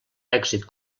èxit